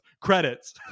credits